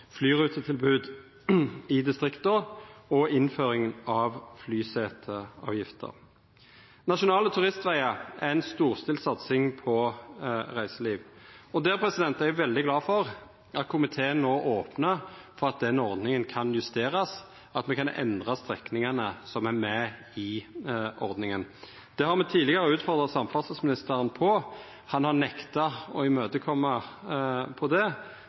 flyrutetilbod i distrikta og innføringa av flyseteavgifta. Nasjonale turistvegar er ei storstilt satsing på reiseliv. Eg er veldig glad for at komiteen no opnar for at ordninga kan justerast, at me kan endra strekningane som er med i ordninga. Det har me tidlegare utfordra samferdselsministeren på. Han har nekta å koma oss i møte på det.